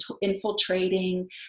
infiltrating